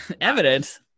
evidence